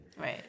Right